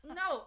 no